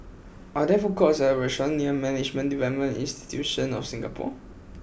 are there food courts or restaurants near Management Development Institution of Singapore